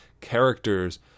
characters